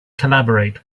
collaborate